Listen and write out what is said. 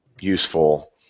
useful